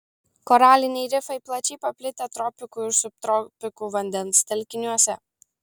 koraliniai rifai plačiai paplitę tropikų ir subtropikų vandens telkiniuose